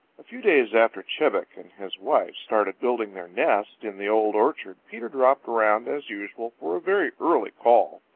a few days after chebec and his wife started building their nest in the old orchard peter dropped around as usual for a very early call.